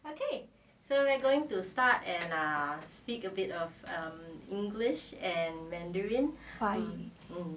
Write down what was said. ah